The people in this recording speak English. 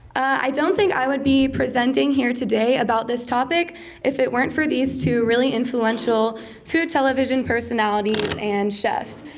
i don't think i would be presenting here today about this topic if it weren't for these two really influential food television personalities and chefs.